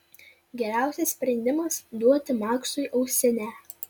geriausias sprendimas duoti maksui ausinę